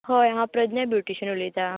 हय हांव प्रदन्या ब्युटीशन उलयता